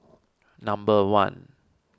number one